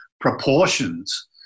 proportions